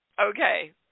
Okay